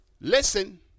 listen